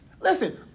listen